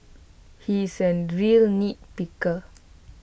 he is A real nitpicker